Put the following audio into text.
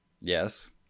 Yes